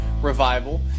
revival